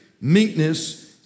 meekness